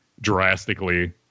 drastically